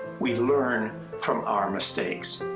we learn from our mistakes.